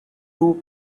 two